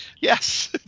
Yes